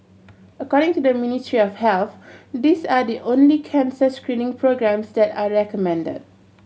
according to the Ministry of Health these are the only cancer screening programmes that are recommended